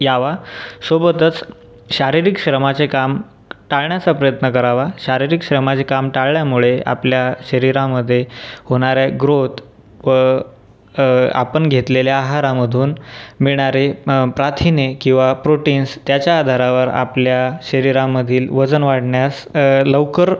यावा सोबतच शारीरिक श्रमाचे काम टाळण्याचा प्रयत्न करावा शारीरिक श्रमाचे काम टाळल्यामुळे आपल्या शरीरामध्ये होणाऱ्या ग्रोत व आपण घेतलेल्या आहारामधून मिळणारे प्रथिने किंवा प्रोटीन्स त्याच्या आधारावर आपल्या शरीरामधील वजन वाढण्यास लवकर